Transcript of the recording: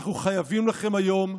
אנחנו חייבים לכם היום.